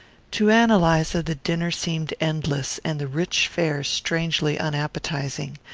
to ann eliza the dinner seemed endless, and the rich fare strangely unappetizing.